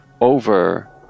over